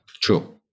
True